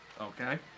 Okay